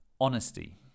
Honesty